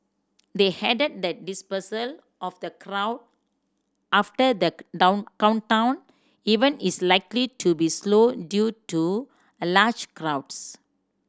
they added that dispersal of the crowd after the countdown event is likely to be slow due to a large crowds